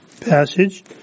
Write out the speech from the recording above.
passage